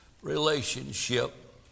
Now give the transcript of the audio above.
relationship